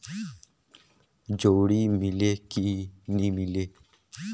जोणी मीले कि नी मिले?